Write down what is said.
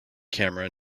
camera